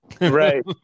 Right